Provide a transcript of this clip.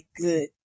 good